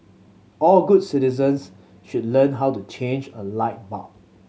all good citizens should learn how to change a light bulb